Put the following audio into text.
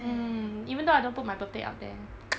mm even though I don't put my birthday up there